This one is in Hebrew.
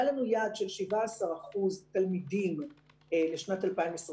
היה לנו יעד של 17% תלמידים לשנת 2022